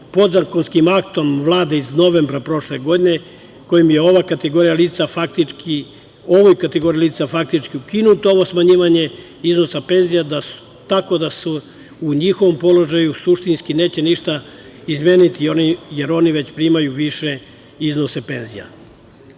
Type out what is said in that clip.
podzakonskim aktom Vlade iz novembra prošle godine, kojim je ovoj kategorija lica faktički ukinuto ovo smanjivanje iznosa penzija, tako da se u njihovom položaju suštinski neće ništa izmeniti, jer oni već primaju više iznose penzija. Smatram,